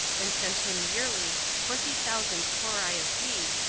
and sent him yearly twenty thousand cori of wheat,